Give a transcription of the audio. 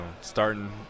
starting